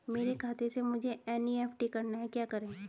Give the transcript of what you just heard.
मेरे खाते से मुझे एन.ई.एफ.टी करना है क्या करें?